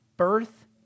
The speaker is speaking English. Birth